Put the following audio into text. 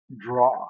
draw